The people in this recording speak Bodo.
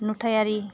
नुथायारि